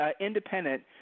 independent